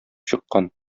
чыккан